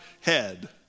head